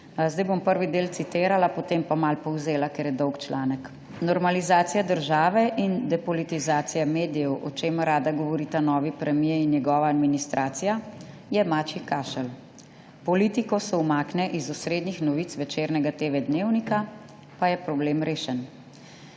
Zdaj bom prvi del citirala, potem pa malo povzela, ker je dolg članek. »Normalizacija države in depolitizacija medijev, o čemer rada govorita novi premier in njegova administracija, je mačji kašelj: politiko se umakne iz osrednjih novic večernega TV Dnevnika pa je problem rešen.